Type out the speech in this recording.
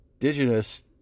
indigenous